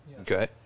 okay